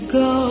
go